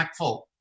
impactful